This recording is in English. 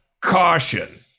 caution